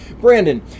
Brandon